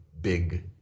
big